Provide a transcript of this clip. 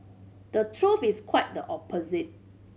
the truth is quite the opposite